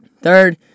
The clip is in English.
Third